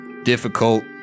Difficult